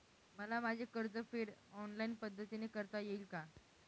मला माझे कर्जफेड ऑनलाइन पद्धतीने करता येईल का?